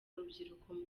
urubyiruko